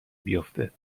بیافته